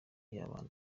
y’abana